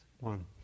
one